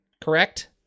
correct